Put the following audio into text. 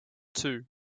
two